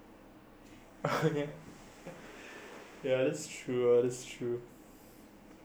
ya that's true that's true